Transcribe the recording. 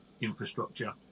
infrastructure